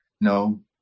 no